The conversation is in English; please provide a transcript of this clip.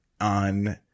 on